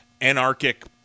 anarchic